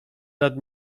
nad